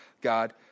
god